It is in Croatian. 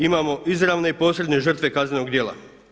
Imamo izravne i posredne žrtve kaznenog djela.